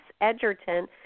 Edgerton